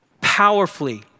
powerfully